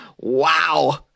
Wow